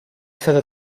stata